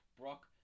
Brock